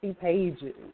pages